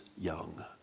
young